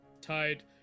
tied